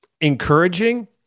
encouraging